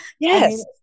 Yes